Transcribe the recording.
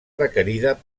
requerida